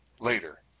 later